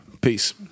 Peace